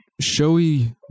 showy